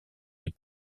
est